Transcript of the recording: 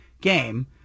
game